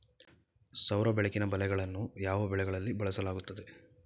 ಸೌರ ಬೆಳಕಿನ ಬಲೆಗಳನ್ನು ಯಾವ ಬೆಳೆಗಳಲ್ಲಿ ಬಳಸಲಾಗುತ್ತದೆ?